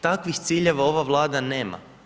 Takvih ciljeva ova Vlada nema.